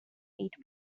eight